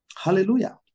Hallelujah